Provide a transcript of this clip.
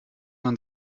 man